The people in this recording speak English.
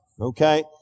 Okay